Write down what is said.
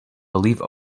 believe